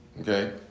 Okay